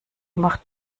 macht